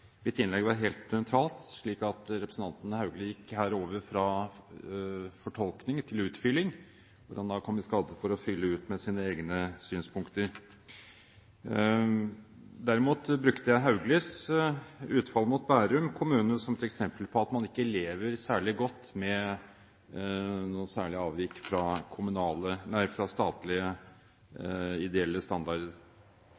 Mitt innlegg var helt nøytralt. Representanten Haugli gikk her over fra fortolkning til utfylling, og han kom i skade for å fylle ut med sine egne synspunkter. Derimot brukte jeg Hauglis utfall mot Bærum kommune som et eksempel på at man ikke lever særlig godt med noe særlig avvik fra